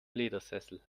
ledersessel